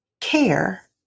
care